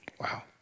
Wow